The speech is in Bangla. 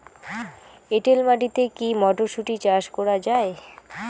এটেল মাটিতে কী মটরশুটি চাষ করা য়ায়?